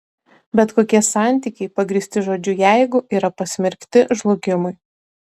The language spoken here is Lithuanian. bet kokie santykiai pagrįsti žodžiu jeigu yra pasmerkti žlugimui